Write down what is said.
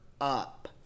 up